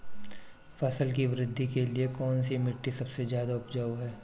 फसल की वृद्धि के लिए कौनसी मिट्टी सबसे ज्यादा उपजाऊ है?